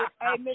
hey